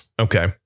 okay